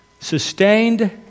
sustained